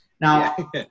Now